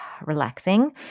relaxing